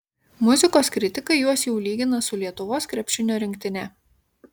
muzikos kritikai juos jau lygina su lietuvos krepšinio rinktine